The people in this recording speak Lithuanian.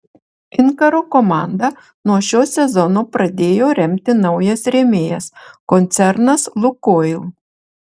inkaro komandą nuo šio sezono pradėjo remti naujas rėmėjas koncernas lukoil